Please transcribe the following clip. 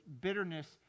bitterness